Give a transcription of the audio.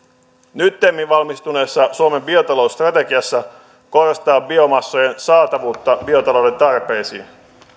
nyttemmin valmistuneessa suomen biotalousstrategiassa korostetaan biomassojen saatavuutta biotalouden tarpeisiin